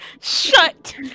shut